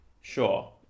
Sure